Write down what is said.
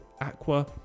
Aqua